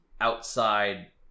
outside